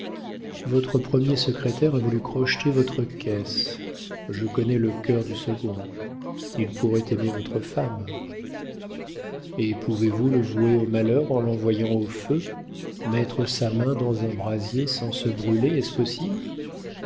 votre premier secrétaire a voulu crocheter votre caisse je connais le cœur du second il pourrait aimer votre femme et pouvez-vous le vouer au malheur en l'envoyant au feu mettre sa main dans un brasier sans se brûler est-ce possible